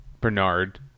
Bernard